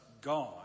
God